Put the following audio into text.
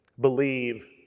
Believe